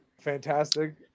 fantastic